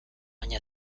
baina